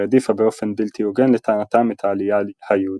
העדיפה באופן בלתי הוגן לטענתם את העלייה היהודית.